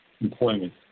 employment